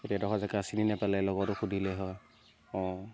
এতিয়া এডোখৰ জেগা চিনি নেপালে লগৰটোক সুধিলেই হয় অঁ